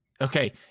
Okay